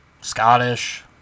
Scottish